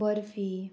barfi